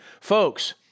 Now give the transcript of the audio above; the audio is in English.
Folks